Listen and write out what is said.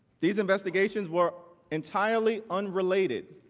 these investigations were entirely unrelated